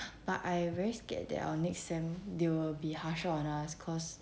but I very scared that our next sem they will be harsher on us cause